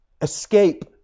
escape